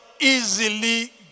easily